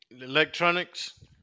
electronics